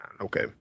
Okay